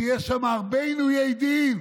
שם יש הרבה עינויי דין.